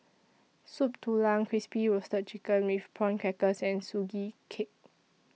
Soup Tulang Crispy Roasted Chicken with Prawn Crackers and Sugee Cake